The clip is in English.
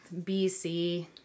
BC